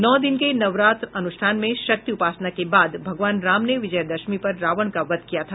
नौ दिन के नवरात्र अनुष्ठान में शक्ति उपासना के बाद भगवान राम ने विजयादशमी पर रावण का वध किया था